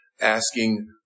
asking